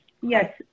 yes